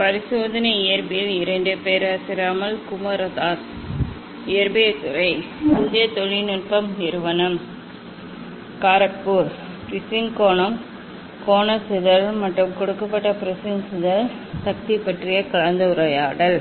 ப்ரிஸின் கோணம் கோண சிதறல் மற்றும் கொடுக்கப்பட்ட ப்ரிஸின் சிதறல் சக்தி பற்றிய கலந்துரையாடல்